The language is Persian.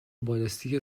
بالستیک